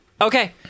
Okay